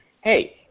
hey